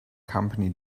company